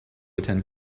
attend